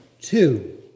Two